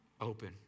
open